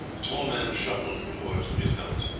the tall man shuffled towards the new-comers.